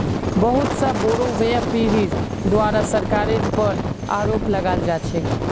बहुत स बोरो व्यापीरीर द्वारे सरकारेर पर आरोप लगाल जा छेक